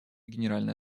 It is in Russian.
генеральной